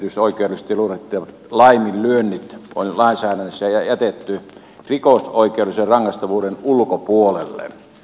työnantajan yksityisoikeudellisiksi luonnehdittavat laiminlyönnit on lainsäädännössä jätetty rikosoikeudellisen rangaistavuuden ulkopuolelle